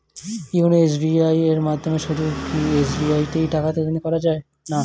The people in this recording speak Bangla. ইওনো এস.বি.আই এর মাধ্যমে শুধুই কি এস.বি.আই তে টাকা লেনদেন করা যায়?